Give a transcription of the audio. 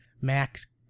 Max